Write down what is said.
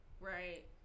right